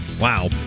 Wow